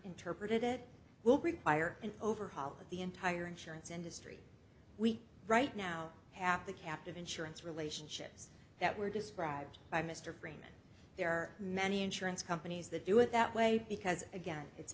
interpreted it will require an overhaul of the entire insurance industry we right now have the captive insurance relationships that were described by mr freeman there are many insurance companies that do it that way because again it's